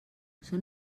són